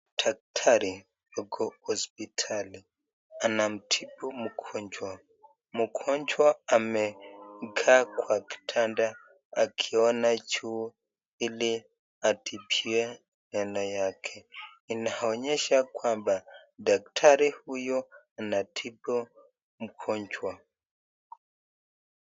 Daktari yuko hosiptali anamtibu mgonjwa ,mgonjwa amekaa kwa kitanda akiona juu ili atibiwe meno yake, inaonyesha kwamba daktari huyu anatibu mgonjwa.